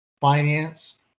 finance